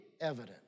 evident